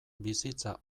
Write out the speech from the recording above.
bizitza